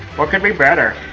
what could be better?